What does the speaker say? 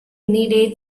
needed